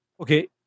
okay